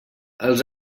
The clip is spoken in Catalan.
els